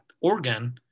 organ